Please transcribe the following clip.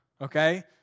Okay